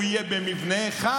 הוא יהיה במבנה אחד,